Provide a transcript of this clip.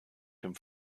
dem